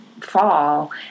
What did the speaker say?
fall